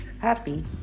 happy